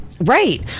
Right